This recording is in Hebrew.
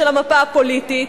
של המפה הפוליטית,